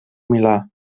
milà